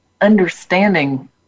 understanding